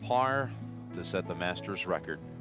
par to set the masters record.